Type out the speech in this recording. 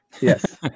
Yes